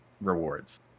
rewards